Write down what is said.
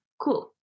Cool